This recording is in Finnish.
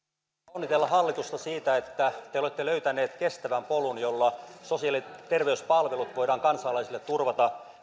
onnitella hallitusta siitä että te olette löytäneet kestävän polun jolla sosiaali ja terveyspalvelut voidaan kansalaisille turvata